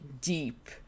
deep